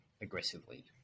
aggressively